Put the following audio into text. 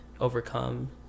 overcome